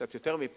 קצת יותר מפיילוט,